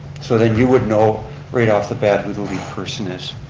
so then you would know right off the bat who the lead person is.